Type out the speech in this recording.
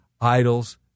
idols